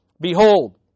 behold